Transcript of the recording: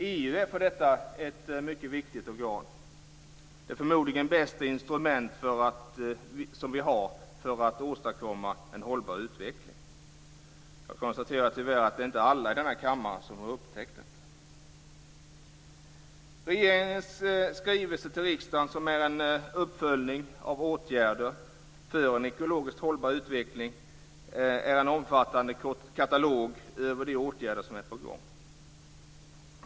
EU är för detta ett mycket viktigt organ, det förmodligen bästa instrument vi har för att åstadkomma en hållbar utveckling. Jag konstaterar tyvärr att inte alla i denna kammare har upptäckt detta. Regeringens skrivelse till riksdagen, som är en uppföljning av åtgärder för en ekologiskt hållbar utveckling, är en omfattande katalog över de åtgärder som är på gång.